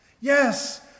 yes